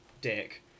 dick